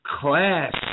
class